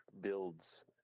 builds